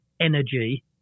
energy